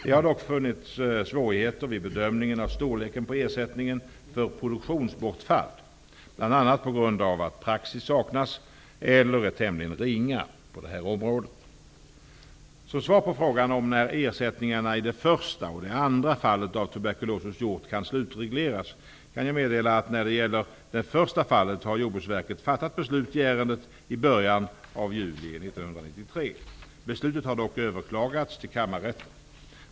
Det har dock funnits svårigheter vid bedömningen av storleken på ersättningen för produktionsbortfall, bl.a. på grund av att praxis saknas eller är tämligen ringa på området. Som svar på frågan om när ersättningarna i det första och det andra fallet av tuberkulos hos hjort kan slutregleras kan jag meddela att när det gäller det första fallet har Jordbruksverket fattat beslut i ärendet i början av juli 1993. Beslutet har dock överklagats till kammarrätten.